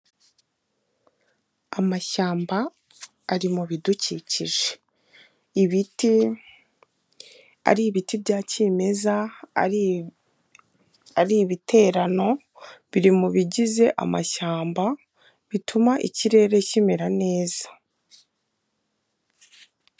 Amashyamba ari mu bidukikije, ibiti, ari ibiti bya cyimeza, ari ibiterano biri mu bigize amashyamba bituma ikirere kimera neza.